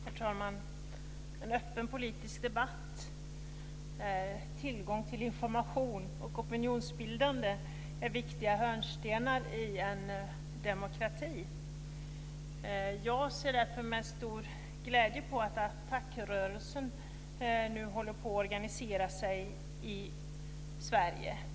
Herr talman! En öppen politisk debatt, tillgång till information och opinionsbildande är viktiga hörnstenar i en demokrati. Jag ser därför med stor glädje på att ATTAC-rörelsen nu håller på att organisera sig i Sverige.